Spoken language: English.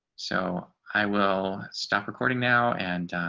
so i will stop recording now and